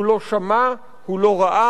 הוא לא שמע, הוא לא ראה.